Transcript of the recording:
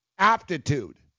Aptitude